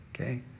Okay